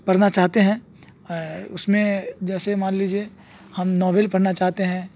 پڑھنا چاہتے ہیں اس میں جیسے مان لیجیے ہم ناول پڑھنا چاہتے ہیں